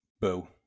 Boo